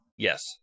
Yes